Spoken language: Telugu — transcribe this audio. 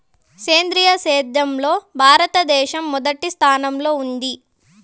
సేంద్రీయ సేద్యంలో భారతదేశం మొదటి స్థానంలో ఉంది